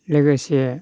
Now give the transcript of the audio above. लोगोसे